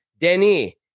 Denny